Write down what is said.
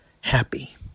happy